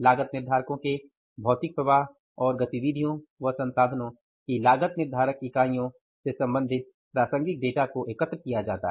लागत निर्धारकों के भौतिक प्रवाह और गतिविधियों व् संसाधनों की लागत निर्धारक इकाईयों से संबंधित प्रासंगिक डेटा को एकत्र किया जाता है